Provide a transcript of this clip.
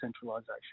centralisation